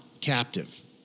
captive